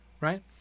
right